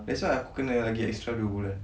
that's why aku kena lagi extra dua bulan